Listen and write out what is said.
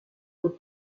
aux